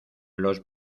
los